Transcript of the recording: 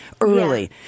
early